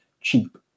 cheap